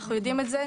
אנחנו יודעים את זה.